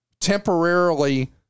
temporarily